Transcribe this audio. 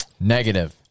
Negative